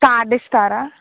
card ఇస్తారా